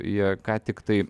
jie ką tik tai